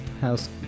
House